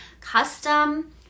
custom